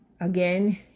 again